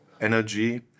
energy